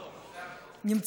למה?